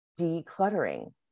decluttering